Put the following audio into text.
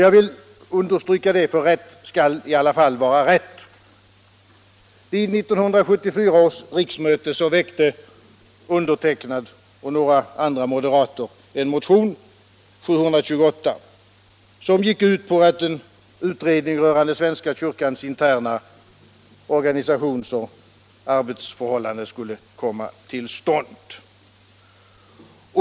Jag vill understryka det, för rätt skall i alla fall vara rätt. Vid 1974 års riksdag väckte jag och några andra moderater en motion, nr 728, som gick ut på att en utredning rörande svenska kyrkans interna organisationsoch arbetsförhållanden skulle komma till stånd.